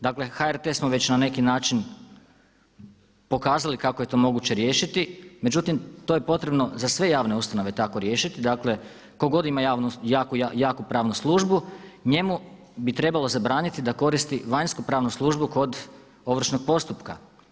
Dakle HRT smo već na neki način pokazali kako je to moguće riješiti, međutim to je potrebno za sve javne ustanove tako riješiti dakle ko god ima jaku pravnu službu njemu bi trebalo zabraniti da koristi vanjsku pravnu službu kod ovršnog postupka.